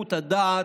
זחיחות הדעת,